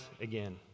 again